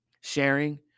sharing